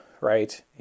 right